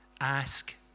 ask